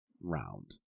round